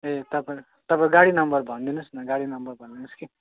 ए तपाईँ तपाईँ गाडी नम्बर भनिदिनुहोस् न गाडी नम्बर भनिदिनुहोस् कि